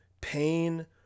pain